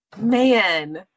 Man